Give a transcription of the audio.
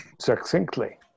succinctly